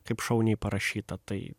kaip šauniai parašyta tai